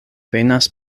venas